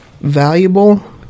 valuable